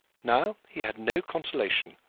now he had no consolation,